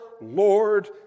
Lord